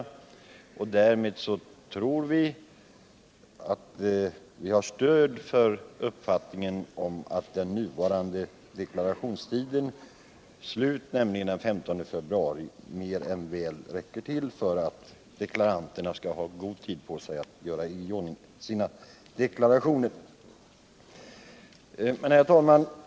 Därmed anser vi oss ha fog för uppfattningen att den nuvarande deklarationstiden, dvs. fram till den 15 februari, är mer än väl tillräcklig för att deklaranterna skall hinna göra i ordning sina deklarationer. Herr talman!